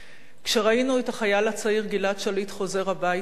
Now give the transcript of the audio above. כשראינו את החייל הצעיר גלעד שליט חוזר הביתה,